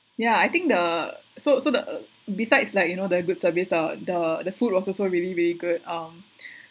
ya I think the so so the besides like you know the good service uh the the food was also really really good um